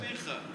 אני מסביר לך.